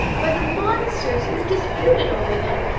by the monsters who disputed over them.